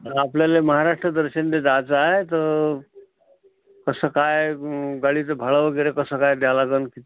आपल्याला महाराष्ट्र दर्शनाला जायचं आहे तर कसं काय गाडीचं भाडं वगैरे कसं काय द्या लागेल ते